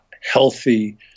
healthy